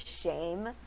shame